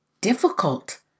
difficult